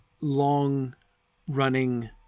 long-running